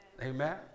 Amen